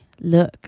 look